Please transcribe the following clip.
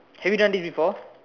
have you done this before